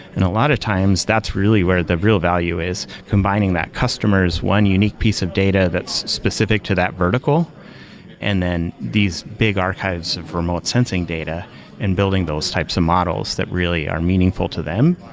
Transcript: and a lot of times, that's really where the real value is combining that customer s one unique piece of data that's specific to that vertical and then these big archives of remote sensing data and building those types of models that really are meaningful to them,